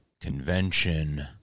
convention